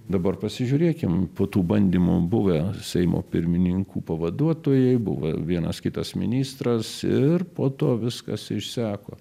dabar pasižiūrėkim po tų bandymų buvę seimo pirmininkų pavaduotojai buvo vienas kitas ministras ir po to viskas išseko